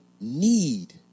need